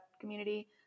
community